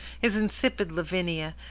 his insipid lavinia,